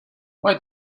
why